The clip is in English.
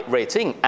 Rating